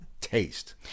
Taste